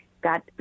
got